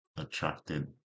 Attracted